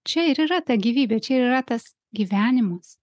čia ir yra ta gyvybė čia ir yra tas gyvenimas